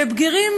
ובגירים,